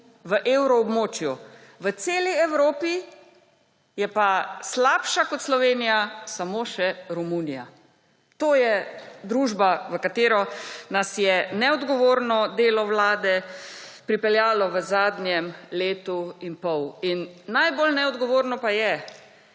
v evroobmočju. V celi Evropi je pa slabša kot Slovenija samo še Romunija. To je družba, v katero nas je neodgovorno delo vlade pripeljalo v zadnjem letu in pol. Najbolj neodgovorno pa je,